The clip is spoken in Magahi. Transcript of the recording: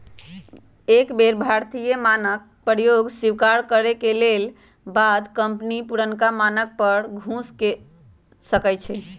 एक बेर भारतीय मानक के प्रयोग स्वीकार कर लेबेके बाद कंपनी पुरनका मानक पर फेर घुर सकै छै